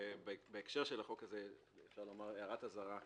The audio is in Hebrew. בהקשר של החוק הזה אפשר לומר הערת אזהרה: